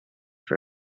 for